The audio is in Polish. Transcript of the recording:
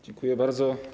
Dziękuję bardzo.